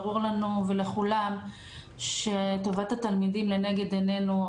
ברור לנו ולכולם שטובת התלמידים לנגד עינינו.